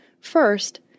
First